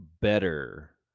better